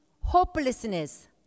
hopelessness